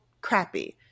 crappy